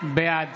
בעד